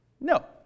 No